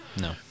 No